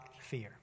fear